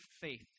faith